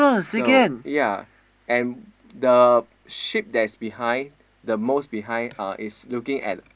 so ya and the sheep that is behind the most behind uh is looking at